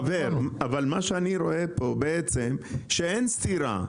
חבר, אבל מה שאני רואה פה זה שאין סירה.